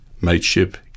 mateship